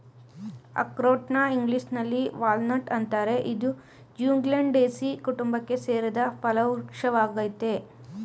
ಅಖ್ರೋಟ್ನ ಇಂಗ್ಲೀಷಿನಲ್ಲಿ ವಾಲ್ನಟ್ ಅಂತಾರೆ ಇದು ಜ್ಯೂಗ್ಲಂಡೇಸೀ ಕುಟುಂಬಕ್ಕೆ ಸೇರಿದ ಫಲವೃಕ್ಷ ವಾಗಯ್ತೆ